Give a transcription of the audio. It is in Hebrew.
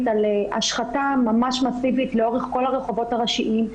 על השחתה ממש מסיבית לאורך כל הרחובות הראשיים.